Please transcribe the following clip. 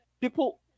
people